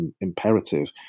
imperative